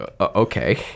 okay